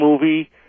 movie